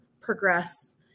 progress